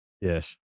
yes